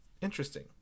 Interesting